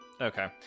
Okay